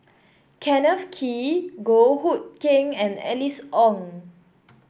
Kenneth Kee Goh Hood Keng and Alice Ong